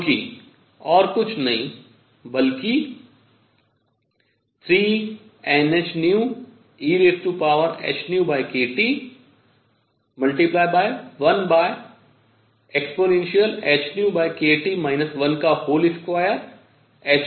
जोकि और कुछ नहीं बल्कि 3NhνehνkT 1ehνkT 12hνkT है